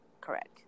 Correct